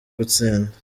gutsinda